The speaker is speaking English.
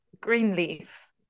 Greenleaf